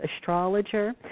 astrologer